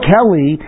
Kelly